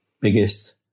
biggest